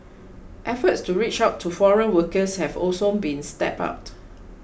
efforts to reach out to foreign workers have also been stepped up